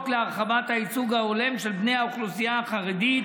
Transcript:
להרחבת הייצוג ההולם של בני האוכלוסייה החרדית